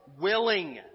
willing